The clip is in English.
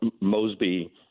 mosby